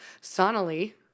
Sonali